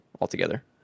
altogether